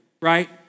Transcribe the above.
right